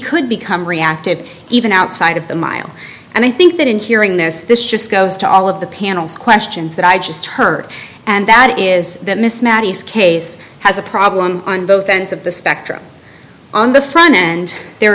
could become reactive even outside of the mile and i think that in hearing this this just goes to all of the panel's questions that i just heard and that is that miss matisse case has a problem on both ends of the spectrum on the front end there